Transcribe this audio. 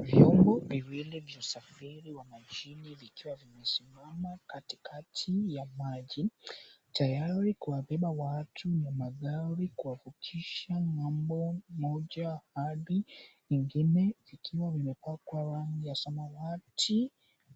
Vyombo viwili vya usafiri wa majini vikiwa vimesimama katikati ya maji tayari kuwabeba watu na magari kuwavukisha ng'ambo moja hadi ingine ikiwa vimepakwa rangi ya samawati